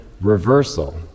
reversal